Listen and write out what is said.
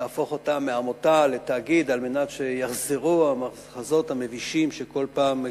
להפוך אותה מעמותה לתאגיד על מנת שיחזרו המחזות המבישים כל פעם,